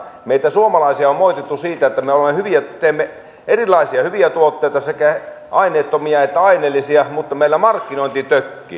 meitä suomalaisia on moitittu siitä että me teemme erilaisia hyviä tuotteita sekä aineettomia että aineellisia mutta meillä markkinointi tökkii